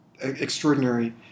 extraordinary